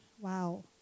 wow